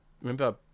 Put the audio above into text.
Remember